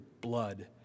blood